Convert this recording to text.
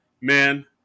Man